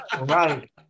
right